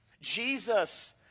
Jesus